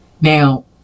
now